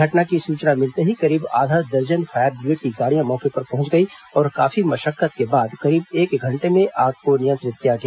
घटना की सूचना मिलते ही करीब आधा दर्जन फायर ब्रिगेड की गाड़ियां मौके पर पहुंच गई और काफी मशक्कत के बाद करीब एक घंटे में आग को नियंत्रित किया गया